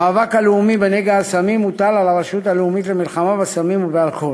המאבק הלאומי בנגע הסמים הוטל על הרשות הלאומית למלחמה בסמים ובאלכוהול,